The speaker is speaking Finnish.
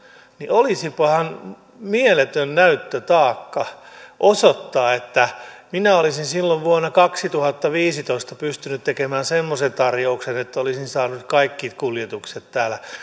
olisi mieletön näyttötaakka osoittaa että hän olisi silloin vuonna kaksituhattaviisitoista pystynyt tekemään semmoisen tarjouksen että olisi saanut kaikki kuljetukset täällä